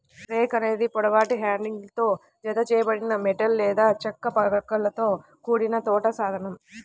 rake అనేది పొడవాటి హ్యాండిల్తో జతచేయబడిన మెటల్ లేదా చెక్క పళ్ళతో కూడిన తోట సాధనం